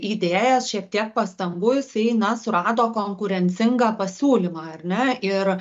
įdėjęs šiek tiek pastangų jisai na surado konkurencingą pasiūlymą ar ne ir